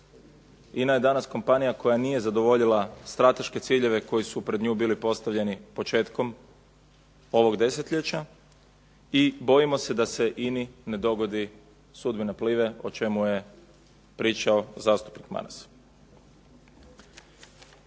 INA je danas kompanija koja nije zadovoljila strateške ciljeve koji su pred nju bili postavljeni početkom ovog desetljeća. I bojimo se da se INA-i ne dogodi sudbina "Plive" o čemu je pričao zastupnik Maras.